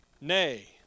Nay